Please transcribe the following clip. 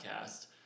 podcast